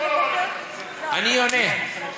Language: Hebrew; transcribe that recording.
אני עונה.